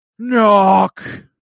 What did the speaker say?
Knock